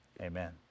Amen